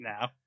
now